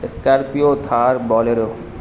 scorpio Thar bolero